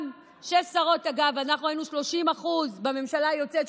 גם שש שרות, אגב, אנחנו היינו 30% בממשלה היוצאת.